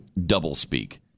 doublespeak